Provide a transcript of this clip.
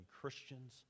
Christians